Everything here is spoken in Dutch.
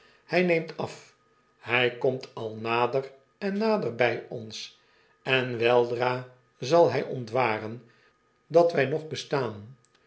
hij neemt af hij komt al nader en nadtffbijons en weldra zal hij ontwaren dat wij nog bestaan